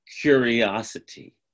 Curiosity